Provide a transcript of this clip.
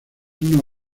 una